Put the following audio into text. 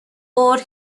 گرگ